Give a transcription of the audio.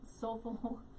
soulful